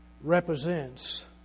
represents